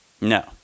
No